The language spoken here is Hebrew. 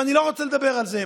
ואני לא רוצה לדבר על זה,